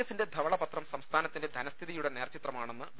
എഫിന്റെ ധവളപത്രം സംസ്ഥാനത്തിന്റെ ധന സ്ഥിതി യുടെ നേർചിത്രമാണെന്ന് വി